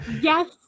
yes